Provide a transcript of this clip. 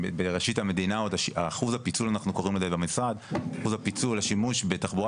אם בראשית המדינה עוד אחוז פיצול השימוש בתחבורה